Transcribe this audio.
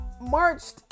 marched